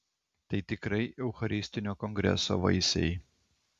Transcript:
tai tikrai eucharistinio kongreso vaisiai